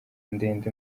ndende